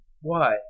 Why